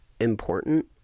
important